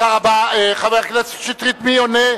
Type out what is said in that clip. חבר הכנסת שטרית, מי עונה?